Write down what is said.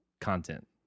content